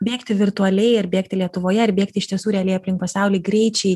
bėgti virtualiai ar bėgti lietuvoje ar bėgti iš tiesų realiai aplink pasaulį greičiai